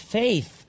faith